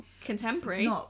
contemporary